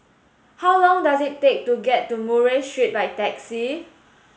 how long does it take to get to Murray Street by taxi